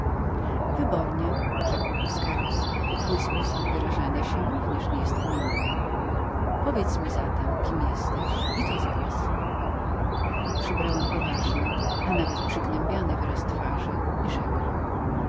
rzekł busqueros twój sposób wyrażania się również nie jest gminny powiedz mi zatem kim jesteś i to zaraz przybrałem poważny a nawet przygnębiony wyraz twarzy i rzekłem